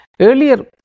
earlier